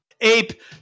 Ape